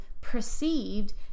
perceived